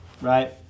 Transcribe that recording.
Right